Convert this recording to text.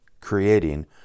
creating